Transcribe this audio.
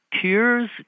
tears